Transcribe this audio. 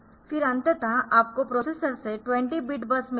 फिर अंततः आपको प्रोसेसर से 20 बिट बस मिलती है